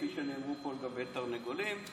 כפי שנאמר פה לגבי תרנגולים,